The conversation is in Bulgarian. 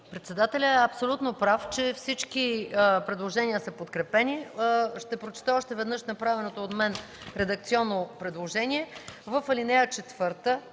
Председателят е абсолютно прав, че всички предложения са подкрепени. Ще прочета още веднъж направеното от мен редакционно предложение: в ал. 4 второто